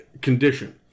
Condition